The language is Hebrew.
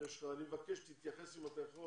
אני מבקש שתתייחס אם אתה יכול